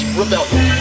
rebellion